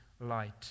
light